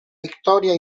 victoria